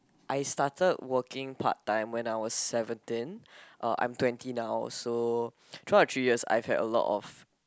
I started working part time when I was seventeen uh I'm twenty now so throughout the three years I have a lot